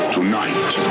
Tonight